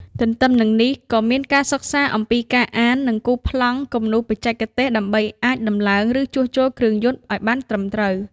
ទន្ទឹមនឹងនេះ ក៏មានការសិក្សាអំពីការអាន និងគូសប្លង់គំនូសបច្ចេកទេសដើម្បីអាចដំឡើង ឬជួសជុលគ្រឿងយន្តឱ្យបានត្រឹមត្រូវ។